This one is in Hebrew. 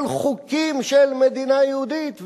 אבל חוקים של מדינה יהודית,